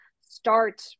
start